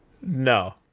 No